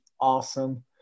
awesome